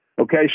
Okay